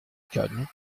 cannes